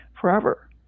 forever